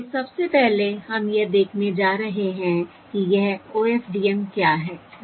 तो सबसे पहले हम यह देखने जा रहे हैं कि यह OFDM क्या है या यह कैसे काम करती है